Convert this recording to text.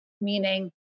meaning